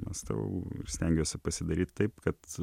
mąstau ir stengiuosi pasidaryt taip kad